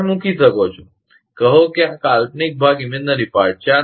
તમે મૂકી શકો છો કહો કે આ કાલ્પનિક ભાગ છે